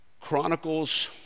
chronicles